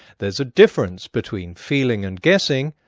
there's a difference between feeling and guessing,